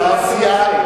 אבל לא, .